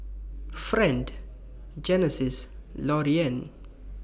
Friend Genesis Lorean